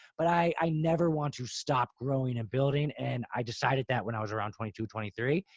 but i never want to stop growing a building. and i decided that when i was around twenty two, twenty three,